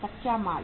कच्चा माल